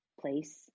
place